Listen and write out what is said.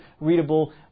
readable